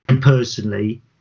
personally